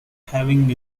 having